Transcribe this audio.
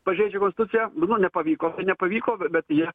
pažeidžia konstituciją nu nepavyko tai nepavyko bet jie